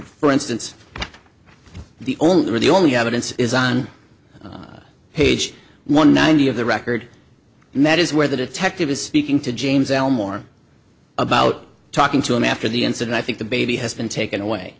for instance the only way the only evidence is on page one ninety of the record and that is where the detective was speaking to james elmore about talking to him after the incident i think the baby has been taken away